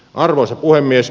arvoisa puhemies